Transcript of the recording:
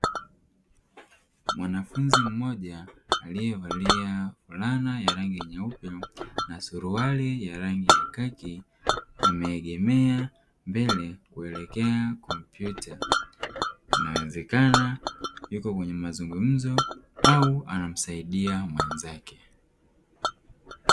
Mwanafunzi mmoja aliyevalia fulana ya rangi nyeupe na suruali ya rangi ya kaki, ameegemea mbele kuelekea kompyuta. Inawezekana yuko kwnenye mazungumzo au anamsaidia mwenzake.